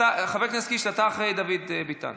חבר הכנסת קיש, אתה אחרי דוד ביטן.